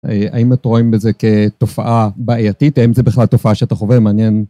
האם את רואים בזה כתופעה בעייתית, האם זה בכלל תופעה שאתה חווה, מעניין?